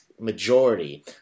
majority